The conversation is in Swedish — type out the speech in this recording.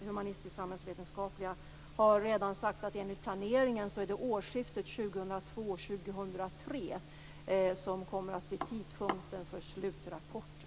Humanistisk-samhällsvetenskapliga forskningsrådet har redan sagt att det enligt planeringen är årsskiftet 2002/2003 som kommer att bli tidpunkten för slutrapporten.